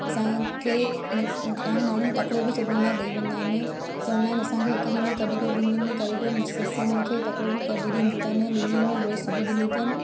असांखे जाम माण्हू तकिड़ो बि सिबण लाइ ॾेई वेंदा आहिनि चवंदा आहिनि असांखे हिकु ॾींहं में कढी ॾियो बिनि ॾींहंनि में करे ॾियो मुंहिंजी ससु हुननि खे तकिड़ो बि कढी ॾींदी अथनि बिनि ॾींहंनि में ड्रैस सिबी ॾींदी अथनि